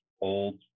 old